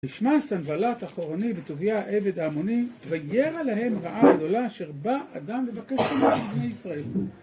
נשמע סנבלת אחורוני בתוביה העבד העמוני, ויירה להם רעה גדולה, שרבע אדם לבקש את מנהיגי ישראל.